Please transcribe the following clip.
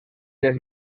les